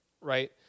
right